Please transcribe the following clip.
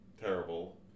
terrible